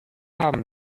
haben